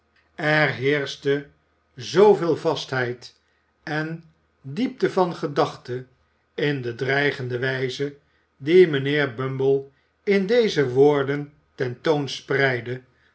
er heerschte zooveel vastheid en diepte van gedachte in de dreigende wijze die mijnheer bumble in deze woorden